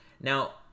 Now